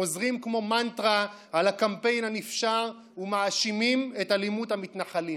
חוזרים כמו מנטרה על הקמפיין הנפשע ומאשימים את אלימות המתנחלים.